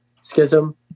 schism